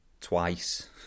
twice